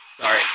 sorry